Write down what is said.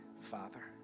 Father